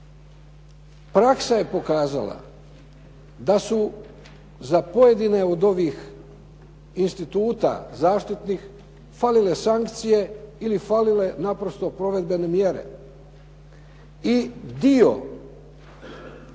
Praksa je pokazala da su za pojedine od ovih instituta zaštitnih falile sankcije ili falile naprosto provedbene mjere i dio